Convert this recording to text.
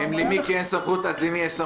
אם למיקי אין סמכות, אז למי יש סמכות?